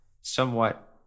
somewhat